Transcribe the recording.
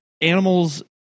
animals